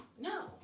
No